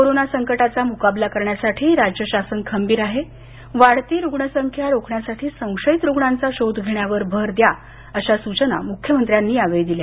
corona संकटाचा मुकाबला करण्यासाठी राज्य शासन खंबीर आहे वाढती रुग्णसंख्या रोखण्यासाठी संशयित रुग्णांचा शोध घेण्यावर भर देण्याच्या सूचना त्यांनी दिल्या